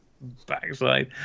backside